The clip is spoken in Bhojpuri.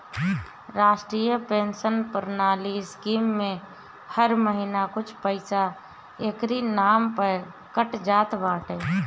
राष्ट्रीय पेंशन प्रणाली स्कीम में हर महिना कुछ पईसा एकरी नाम पअ कट जात बाटे